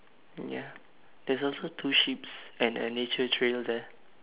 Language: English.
mm ya there's also two sheeps and a nature trail there